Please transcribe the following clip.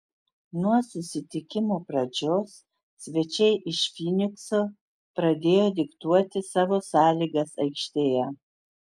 nuo susitikimo pradžios svečiai iš fynikso pradėjo diktuoti savo sąlygas aikštėje